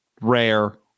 rare